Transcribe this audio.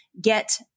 get